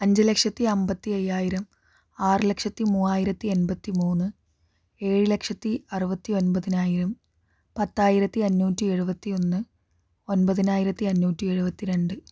അഞ്ചു ലക്ഷത്തി അമ്പത്തി അയ്യായിരം ആറു ലക്ഷത്തി മൂവായിരത്തി അമ്പത്തി മൂന്ന് ഏഴു ലക്ഷത്തി അറുപത്തി ഒൻമ്പതിനായിരം പത്തായിരത്തി അഞ്ഞൂറ്റി എഴുപത്തി ഒന്ന് ഒന്പതിനായിരത്തി അഞ്ഞൂറ്റി എഴുപത്തിരണ്ട്